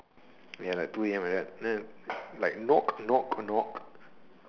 ya like two a_m like that then like knock knock knock